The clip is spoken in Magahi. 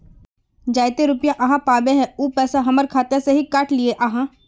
जयते रुपया आहाँ पाबे है उ पैसा हमर खाता से हि काट लिये आहाँ?